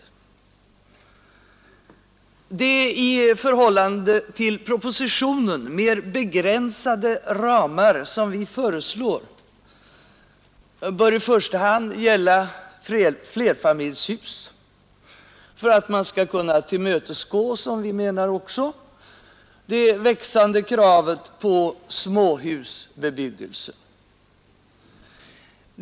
De i förhållande till propositionen mer begränsade ramar som vi föreslår bör i första hand gälla flerfamiljshus, för att man — som vi menar — skall kunna tillmötesgå det växande kravet på småhusbebyggelse.